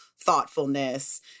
thoughtfulness